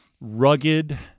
rugged